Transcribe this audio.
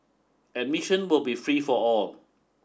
admission will be free for all